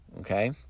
Okay